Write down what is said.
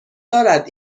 دارد